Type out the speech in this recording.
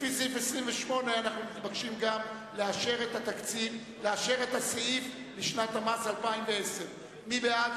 אנחנו מתבקשים גם לאשר את הסעיף לשנת 2010. מי בעד?